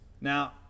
Now